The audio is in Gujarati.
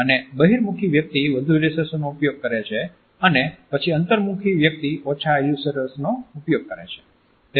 અને બહિર્મુખ વ્યક્તિ વધુ ઈલ્યુસ્ટ્રેટર્સનો ઉપયોગ કરે છે અને પછી અંતર્મુખી વ્યક્તિ ઓછા ઈલ્યુસ્ટ્રેટર્સ નો ઉપયોગ કરે છે